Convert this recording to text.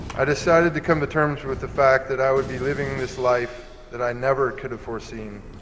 i decided to come to terms with the fact that i would be living this life that i never could have foreseen.